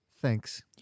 thanks